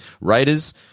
Raiders